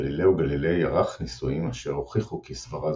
גלילאו גליליי ערך ניסויים אשר הוכיחו כי סברה